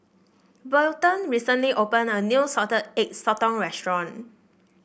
Welton recently opened a new Salted Egg Sotong restaurant